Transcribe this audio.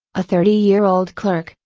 a thirty year old clerk,